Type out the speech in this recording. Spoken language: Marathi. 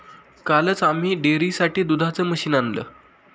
कालच आम्ही डेअरीसाठी दुधाचं मशीन आणलं